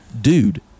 dude